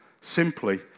simply